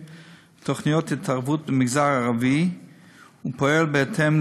ותוכניות התערבות במגזר הערבי ופועל בהתאם,